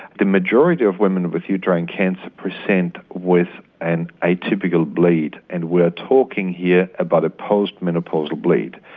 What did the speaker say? the majority of women with uterine cancer present with an atypical bleed, and we're talking here about a post-menopausal bleed.